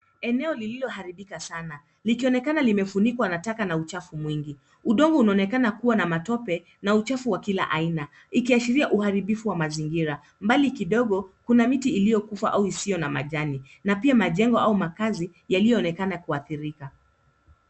Eneo lililoharibika sana likionekana limefunikwa na taka na uchafu mwingi. Udongo unaonekana kuwa na matope na uchafu wa kila aina ikiashiria uharibifu wa mazingira. Mbali kidogo kuna miti iliyokufa au isiyo na majani na pia majengo au makaazi yaliyoonekana kuhadhirika.